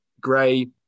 Gray